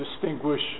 distinguish